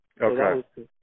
Okay